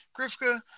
Grifka